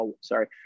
Sorry